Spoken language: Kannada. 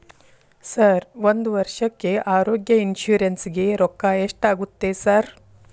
ಸರ್ ಒಂದು ವರ್ಷಕ್ಕೆ ಆರೋಗ್ಯ ಇನ್ಶೂರೆನ್ಸ್ ಗೇ ರೊಕ್ಕಾ ಎಷ್ಟಾಗುತ್ತೆ ಸರ್?